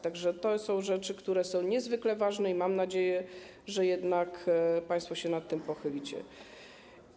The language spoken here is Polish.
To rzeczy, które są niezwykle ważne, i mam nadzieję, że jednak państwo się nad tym pochylicie.